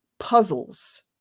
puzzles